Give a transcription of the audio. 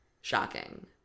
shocking